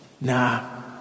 nah